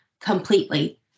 completely